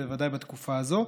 בוודאי בתקופה הזו.